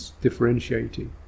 differentiating